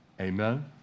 amen